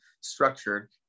structured